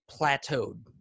plateaued